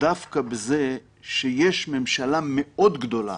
דווקא בזה שיש ממשלה מאוד גדולה